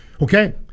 Okay